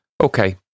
Okay